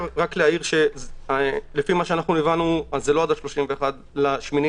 לפי מה שהבנו זה לא עד ה-31 באוגוסט,